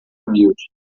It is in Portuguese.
humilde